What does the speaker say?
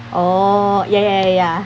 oh ya ya ya ya